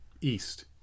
east